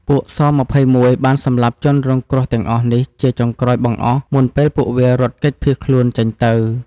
ពួក ស២១បានសំលាប់ជនរងគ្រោះទាំងអស់នេះជាចុងក្រោយបង្អស់មុនពេលពួកវារត់គេចភៀសខ្លួនចេញទៅ។